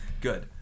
Good